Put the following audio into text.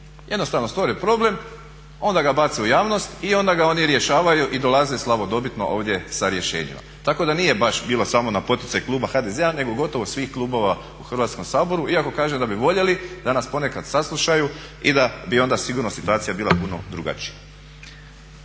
Jednostavno stvore problem, onda ga bace u javnost i onda ga oni rješavaju i dolaze slavodobitno ovdje sa rješenjima. Tako da nije baš bilo samo na poticaj kluba HDZ-a nego gotovo svih klubova u Hrvatskom saboru, iako kaže da bi voljeli da nas ponekad saslušaju i da bi onda sigurno situacija bila puno drugačija.